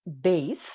base